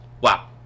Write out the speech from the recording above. Wow